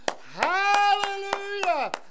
Hallelujah